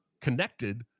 connected